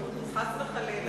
חס וחלילה.